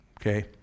Okay